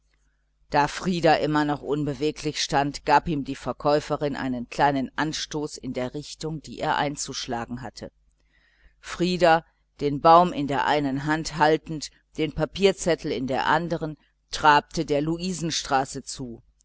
da frieder immer noch unbeweglich stand gab ihm die verkäuferin einen kleinen anstoß in der richtung die er einzuschlagen hatte frieder den baum mit der einen hand haltend den papierzettel in der andern trabte der luisenstraße zu